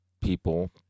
people